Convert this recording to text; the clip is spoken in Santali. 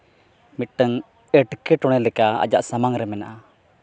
ᱢᱤᱫᱴᱟᱹᱝ ᱮᱴᱠᱮᱴᱚᱬᱮ ᱞᱮᱠᱟ ᱟᱡᱟᱜ ᱥᱟᱢᱟᱝ ᱨᱮ ᱢᱮᱱᱟᱜᱼᱟ